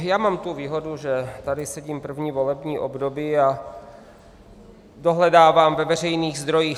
Já mám tu výhodu, že tady sedím první volební období a dohledávám ve veřejných zdrojích.